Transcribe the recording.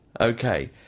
Okay